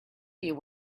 you